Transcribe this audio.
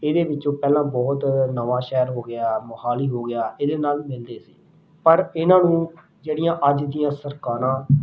ਇਹਦੇ ਵਿੱਚੋਂ ਪਹਿਲਾਂ ਬਹੁਤ ਨਵਾਂ ਸ਼ਹਿਰ ਹੋ ਗਿਆ ਮੋਹਾਲੀ ਹੋ ਗਿਆ ਇਹਦੇ ਨਾਲ ਮਿਲਦੇ ਸੀ ਪਰ ਇਹਨਾਂ ਨੂੰ ਜਿਹੜੀਆਂ ਅੱਜ ਦੀਆਂ ਸਰਕਾਰਾਂ